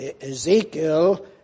Ezekiel